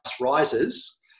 rises